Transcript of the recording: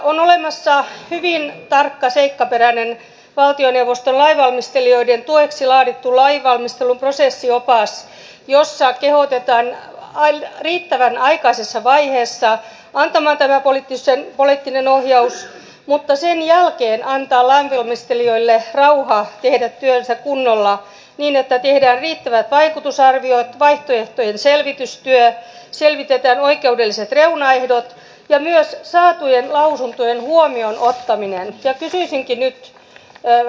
on olemassa hyvin tarkka seikkaperäinen valtioneuvoston lainvalmistelijoiden tueksi laadittu lainvalmistelun prosessiopas jossa kehotetaan riittävän aikaisessa vaiheessa antamaan tämä poliittinen ohjaus mutta sen jälkeen antamaan lainvalmistelijoille rauha tehdä työnsä kunnolla niin että tehdään riittävät vaikutusarviot vaihtoehtojen selvitystyö selvitetään oikeudelliset reunaehdot ja myös saatujen lausuntojen huomioon ottaminen